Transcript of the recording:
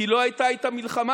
כי לא הייתה איתם מלחמה.